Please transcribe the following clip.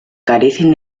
carecen